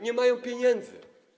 Nie mają pieniędzy.